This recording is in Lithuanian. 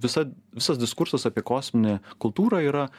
visa visas diskursas apie kosminę kultūrą yra